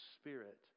Spirit